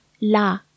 la